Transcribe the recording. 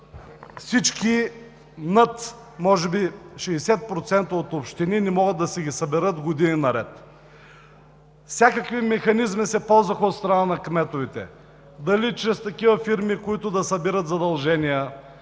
които, може би 60% от общините не могат да си ги съберат години наред. Всякакви механизми се ползваха от страна на кметовете – дали чрез фирми, които да събират задължения,